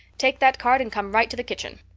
take that card and come right to the kitchen.